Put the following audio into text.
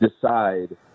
decide